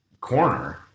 corner